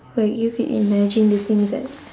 like you could imagine the things that